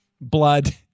Blood